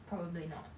probably not